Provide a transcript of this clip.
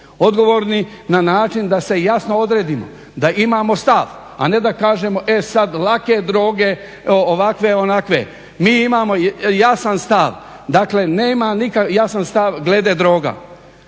odgovorni na način da se jasno odredimo, da imamo stav, a ne da kažemo e sad lake droge, ovakve, onakve. Mi imamo jasan stav, dakle nema, jasan stav glede droga.